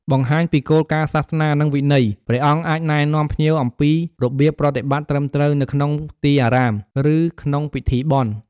នេះរួមបញ្ចូលទាំងការស្លៀកពាក់សមរម្យ របៀបធ្វើគារវកិច្ចចំពោះព្រះរតនត្រ័យ ការរក្សាភាពស្ងៀមស្ងាត់ និងការគោរពវិន័យផ្សេងៗ។